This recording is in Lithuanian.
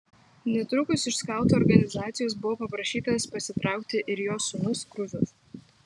netrukus iš skautų organizacijos buvo paprašytas pasitraukti ir jos sūnus kruzas